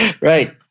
Right